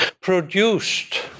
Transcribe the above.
produced